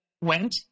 went